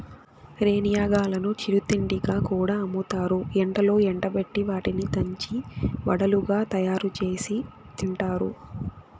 రేణిగాయాలను చిరు తిండిగా కూడా అమ్ముతారు, ఎండలో ఎండబెట్టి వాటిని దంచి వడలుగా తయారుచేసి తింటారు